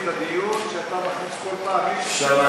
לדיון שאתה מכניס כל פעם מישהו שבכוונה,